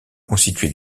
constitué